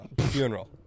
funeral